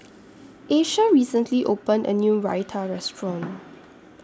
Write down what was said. Asia recently opened A New Raita Restaurant